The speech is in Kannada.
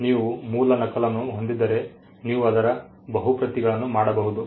ನೀವು ಮೊಲ ನಕಲನ್ನು ಹೊಂದಿದ್ದರೆ ನೀವು ಅದರ ಬಹು ಪ್ರತಿಗಳನ್ನು ಮಾಡಬಹುದು